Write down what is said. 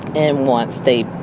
and once they